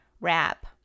wrap